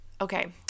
Okay